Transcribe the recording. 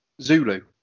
Zulu